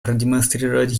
продемонстрировать